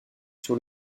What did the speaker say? sur